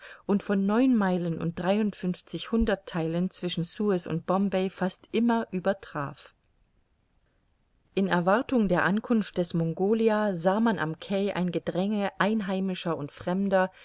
und von neun meilen und dreiundfünfzig hunderttheilen zwischen suez und bombay fast immer übertraf in erwartung der ankunft des mongolia sah man am quai ein gedränge einheimischer und fremder